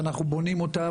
שאנחנו בונים אותה,